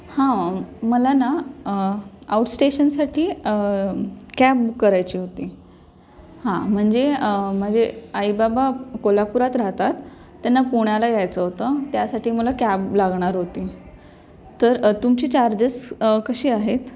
हां मला ना आउट स्टेशनसाठी कॅब बुक करायची होती हां म्हणजे माझे आई बाबा कोल्हापुरात राहतात त्यांना पुण्याला यायचं होतं त्यासाठी मला कॅब लागणार होती तर तुमचे चार्जेस कशी आहेत